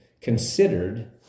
considered